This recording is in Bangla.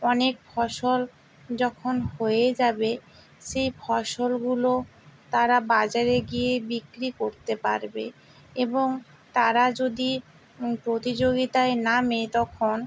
অনেক ফসল যখন হয়ে যাবে সেই ফসলগুলো তারা বাজারে গিয়ে বিক্রি করতে পারবে এবং তারা যদি প্রতিযোগিতায় নামে তখন